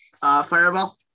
fireball